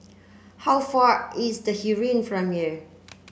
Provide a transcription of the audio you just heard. how far is the Heeren from here